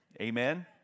Amen